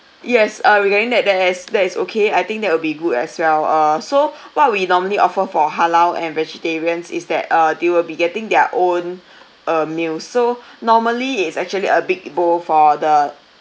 yes uh regarding that that as that is okay I think that will be good as well uh so what we normally offer for halal and vegetarians is that uh they will be getting their own uh meal so normally is actually a big bowl for the